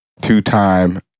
two-time